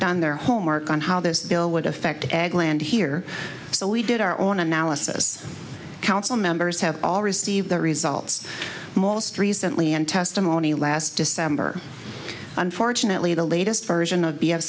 done their homework on how this bill would affect ag land here so we did our own analysis council members have all received their results most recently in testimony last december unfortunately the latest version of b